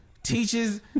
teaches